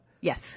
Yes